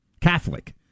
Catholic